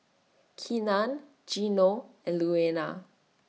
Keenan Gino and Louanna